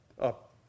up